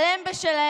אבל הם בשלהם.